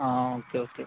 ആ okay okay